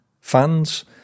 fans